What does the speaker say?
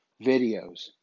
videos